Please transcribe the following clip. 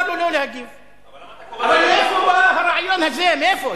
אתם יורים בילדים, מה קרה?